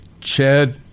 chad